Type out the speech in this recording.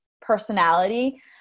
personality